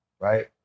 right